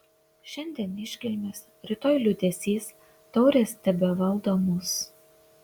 šiandien iškilmės rytoj liūdesys taurės tebevaldo mus